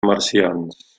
marcians